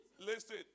Listen